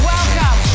Welcome